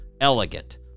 Elegant